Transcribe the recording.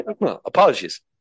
Apologies